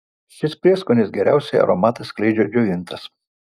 šis prieskonis geriausiai aromatą skleidžia džiovintas